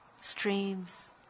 streams